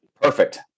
Perfect